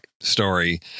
story